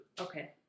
Okay